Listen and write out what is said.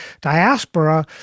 diaspora